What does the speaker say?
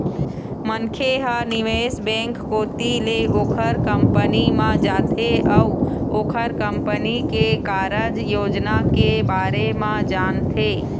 मनखे ह निवेश बेंक कोती ले ओखर कंपनी म जाथे अउ ओखर कंपनी के कारज योजना के बारे म जानथे